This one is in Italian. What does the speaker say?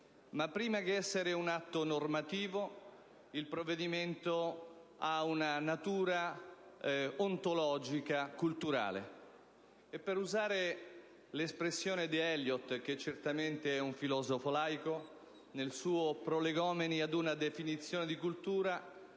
Ma prima di essere un atto normativo, il provvedimento ha una natura ontologica culturale. Per usare l'espressione di Thomas Stearns Eliot, che certamente è anche un filosofo laico, nel suo «Prolegomeni a una definizione di cultura»,